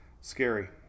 Scary